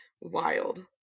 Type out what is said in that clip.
wild